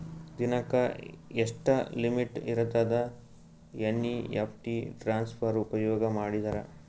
ದಿನಕ್ಕ ಎಷ್ಟ ಲಿಮಿಟ್ ಇರತದ ಎನ್.ಇ.ಎಫ್.ಟಿ ಟ್ರಾನ್ಸಫರ್ ಉಪಯೋಗ ಮಾಡಿದರ?